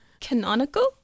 canonical